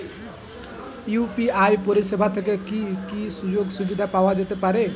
UPI পরিষেবা থেকে কি কি সুযোগ সুবিধা পাওয়া যেতে পারে?